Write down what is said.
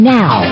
now